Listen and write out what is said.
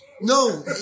No